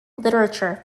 literature